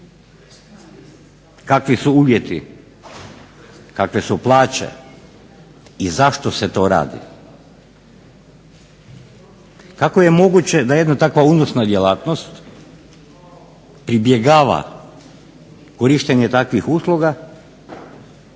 Kakvi su uvjeti, kakve su plaće i zašto se to radi? Kako je moguće da jedna takva unosna djelatnost pribjegava korištenje takvih usluga,